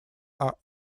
are